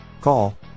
Call